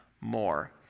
more